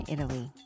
Italy